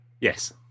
Yes